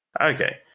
Okay